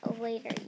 later